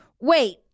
Wait